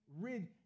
rid